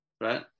right